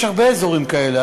יש הרבה אזורים כאלה.